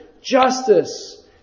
Justice